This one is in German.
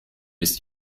ist